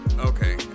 okay